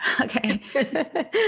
okay